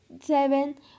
seven